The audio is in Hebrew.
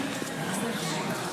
למיגון?